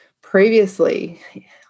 previously